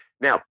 now